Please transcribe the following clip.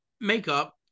makeup